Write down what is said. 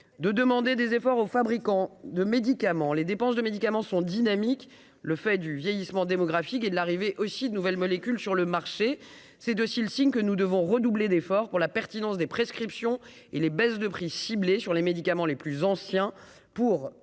de demander des efforts aux fabricants de médicaments, les dépenses de médicaments sont dynamiques, le fait du vieillissement démographique et de l'arrivée aussi de nouvelles molécules sur le marché, c'est de s'il signe que nous devons redoubler d'efforts pour la pertinence des prescriptions et les baisses de prix ciblé sur les médicaments les plus anciens pour